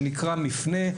שנקרא מפנה,